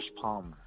Palmer